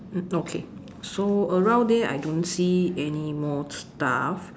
mm okay so around there I don't see anymore stuff